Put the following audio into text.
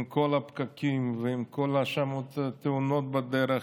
עם כל הפקקים ועם כל התאונות בדרך.